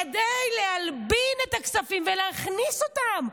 כדי להלבין את הכספים ולהכניס אותם.